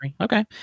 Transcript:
Okay